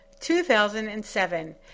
2007